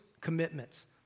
commitments